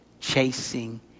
chasing